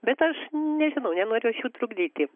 bet aš nežinau nenoriu aš jų trukdyti